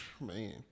Man